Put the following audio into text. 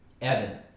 Evan